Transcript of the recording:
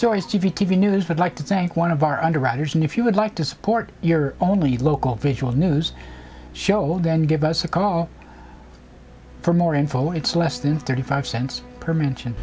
stories t v t v news would like to thank one of our underwriters and if you would like to support your only local visual news show well then give us a call for more info it's less than thirty five cents per mention